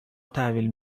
تحویل